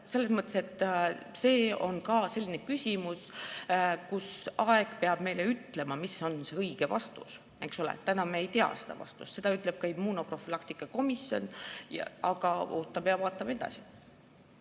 Selles mõttes on see ka selline küsimus, kus aeg peab meile ütlema, mis on õige vastus, eks ole. Täna me ei tea seda vastust, seda ütleb ka immunoprofülaktika komisjon. Aga peab vaatama edasi.